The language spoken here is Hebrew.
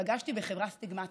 פגשתי בחברת סטיגמטית,